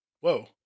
Whoa